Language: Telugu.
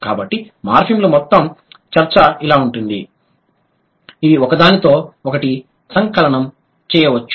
కాబట్టి మార్ఫిమ్ల మొత్తం చర్చ ఇలా ఉంటుంది ఇవి ఒకదానితో ఒకటి సంకలనం చేయవచ్చు